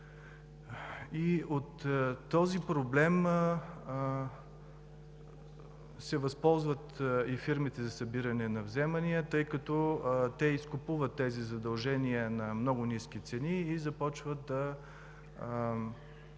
От този проблем се възползват и фирмите за събиране на вземания, тъй като те изкупуват задълженията на много ниски цени и започват да притесняват